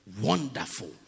Wonderful